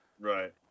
Right